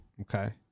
Okay